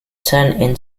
turned